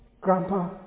grandpa